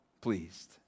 pleased